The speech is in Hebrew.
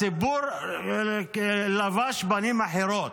הסיפור לבש פנים אחרות.